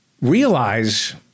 realize